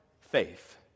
faith